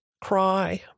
cry